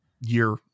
year